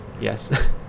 Yes